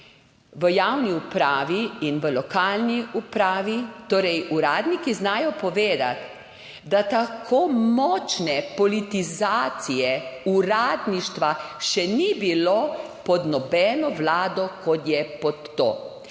v javni upravi in v lokalni upravi, torej, uradniki znajo povedati, da tako močne politizacije uradništva še ni bilo pod nobeno vlado, kot je pod to.